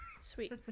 sweet